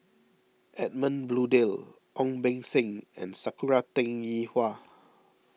Edmund Blundell Ong Beng Seng and Sakura Teng Ying Hua